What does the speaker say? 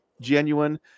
genuine